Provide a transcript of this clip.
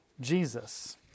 Jesus